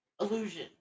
illusion